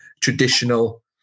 traditional